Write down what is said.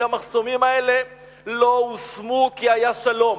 כי המחסומים האלה לא הושמו כי היה שלום.